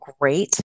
great